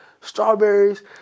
strawberries